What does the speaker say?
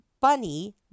Bunny